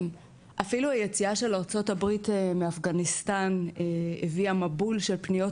אפילו היציאה של ארה"ב מאפגניסטן הביאה מבול של פניות